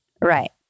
Right